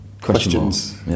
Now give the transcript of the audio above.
questions